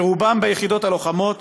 שרובם ביחידות הלוחמות,